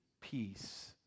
peace